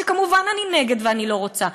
שכמובן אני נגד ואני לא רוצה.